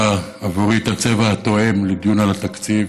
עבורי את הצבע התואם לדיון על התקציב,